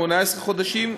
18 חודשים,